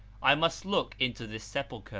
i must look into this sepulchre.